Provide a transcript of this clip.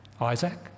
Isaac